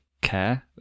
care